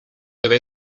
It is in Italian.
deve